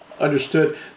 Understood